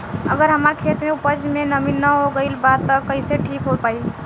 अगर हमार खेत में उपज में नमी न हो गइल बा त कइसे ठीक हो पाई?